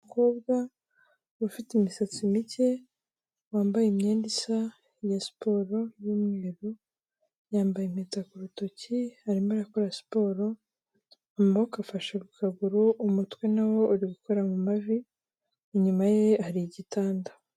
Umukobwa ufite imisatsi mike wambaye imyenda isa ya siporo y'umweru, yambaye impeta ku rutoki arimo akora siporo amaboko afashe ku kaguru umutwe nawo uri gukora mu mavi, inyuma ye hari igitanda.